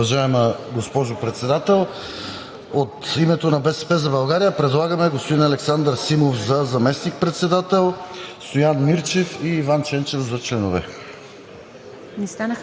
(БСП за България): От името на „БСП за България“ предлагаме господин Александър Симов за заместник председател, Стоян Мирчев и Иван Ченчев за членове.